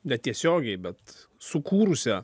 ne tiesiogiai bet sukūrusią